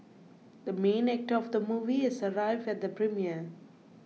the main actor of the movie has arrived at the premiere